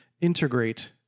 integrate